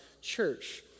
church